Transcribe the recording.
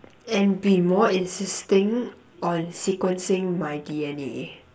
and be more insisting on sequencing my D_N_A